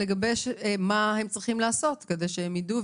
לגבש מה הם צריכים לעשות כדי שהם ידעו,